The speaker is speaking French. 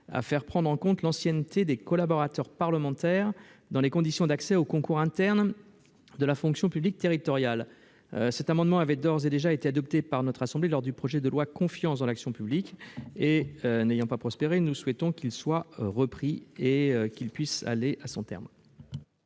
à faire prendre en compte l'ancienneté des collaborateurs parlementaires dans les conditions d'accès aux concours internes de la fonction publique territoriale. Il avait d'ores et déjà été adopté par notre assemblée lors de l'examen du projet de loi pour la confiance dans la vie politique. Comme il n'avait pas prospéré, nous souhaitons qu'il soit repris pour aller à son terme.